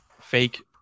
fake